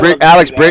Alex